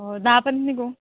हो दहापर्यंत निघू